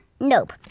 nope